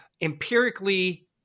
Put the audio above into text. empirically